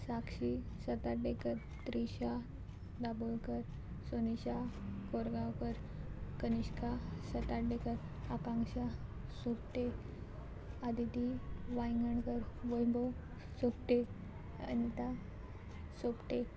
Sakshi Satardekar Trisha Dabolkar Sonisha Korgaonkar Kanishka Satardekar Akanksha Sopte Aditi Wayangankar Vaibhav Sopte Anita Sopte